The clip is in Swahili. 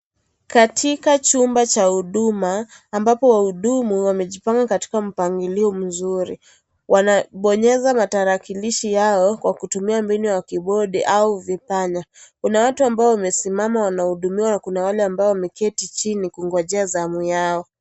Katika chumba cha huduma ambapo wahudumu wamejipanga katika mpangilio mzuri, wanabonyeza matarakilishi yao kwa kutumia mbinu ya kibodi au vipanya, kuna watu ambao wamesimama wanahudumiwa na kuna wale ambao wameketi chini kungojea zamu yao.